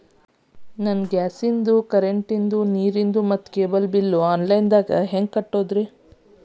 ನನ್ನ gas, current, ನೇರು, cable bill online ನಲ್ಲಿ ಹೆಂಗ್ ಕಟ್ಟೋದ್ರಿ?